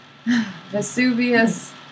Vesuvius